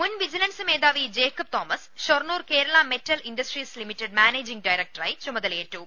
മുൻ വിജിലൻസ് മേധാവി Jacob Thomas Shoranur Kerala metal industries limited managing ഡയറക്ട റായി ചുമതലയേറ്റു